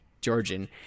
Georgian